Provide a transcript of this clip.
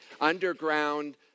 underground